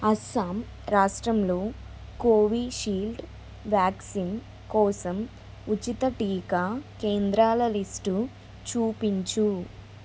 అస్సాం రాష్ట్రంలో Covishield vaccine కోసం ఉచిత టీకా కేంద్రాల లిస్టు చూపించుము